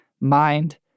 mind